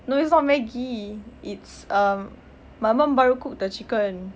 no it's not maggi it's um my mum baru cook the chicken